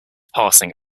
passing